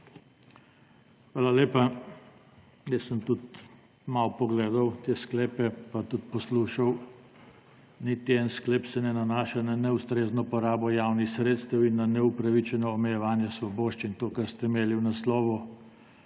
Hvala lepa. Jaz sem tudi malo pogledal te sklepe pa tudi poslušal, niti en sklep se ne nanaša na neustrezno porabo javnih sredstev in na neupravičeno omejevanje svoboščin, to, kar ste imeli v naslovu